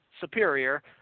superior